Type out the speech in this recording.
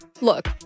Look